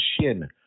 shin